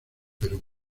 perú